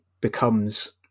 becomes